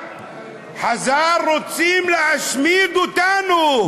חזר: רוצים להשמיד אותנו.